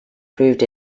proved